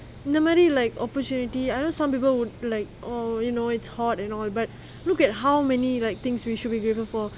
normally like opportunity I know some people would like or you know it's hard and all but look at how many like things we should be grateful for